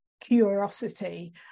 curiosity